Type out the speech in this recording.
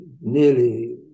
nearly